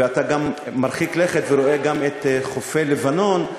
ואתה גם מרחיק לכת ורואה גם את חופי לבנון,